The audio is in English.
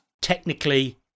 Technically